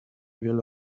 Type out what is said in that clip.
wiele